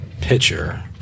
pitcher